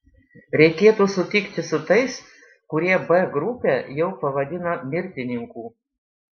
reikėtų sutikti su tais kurie b grupę jau pavadino mirtininkų